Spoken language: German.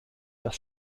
das